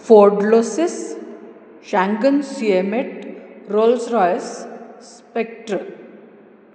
Ford लोसिस शांकन सिएमेट रोल्स रॉईस स्पेक्टर